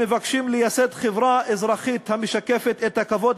המבקשים לייסד חברה אזרחית המשקפת את הכבוד